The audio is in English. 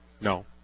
No